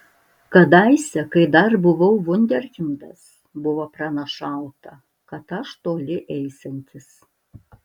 kadaise kai dar buvau vunderkindas buvo pranašauta kad aš toli eisiantis